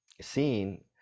seen